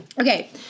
okay